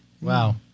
Wow